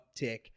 uptick